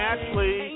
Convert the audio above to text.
Ashley